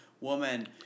woman